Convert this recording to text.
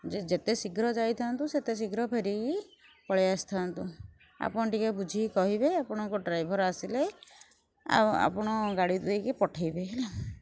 ଯେ ଯେତେ ଶୀଘ୍ର ଯାଇଥାନ୍ତୁ ସେତେ ଶୀଘ୍ର ଫେରିକି ପଳେଇ ଅସିଥାନ୍ତୁ ଆପଣ ଟିକେ ବୁଝିକି କହିବେ ଆପଣଙ୍କ ଡ୍ରାଇଭର୍ ଆସିଲେ ଆଉ ଆପଣ ଗାଡ଼ି ଦେଇକି ପଠେଇବେ ହେଲା